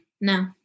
No